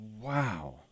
Wow